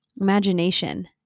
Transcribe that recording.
imagination